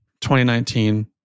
2019